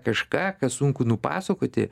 kažką ką sunku nupasakoti